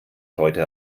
heute